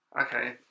Okay